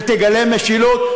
ותגלה משילות,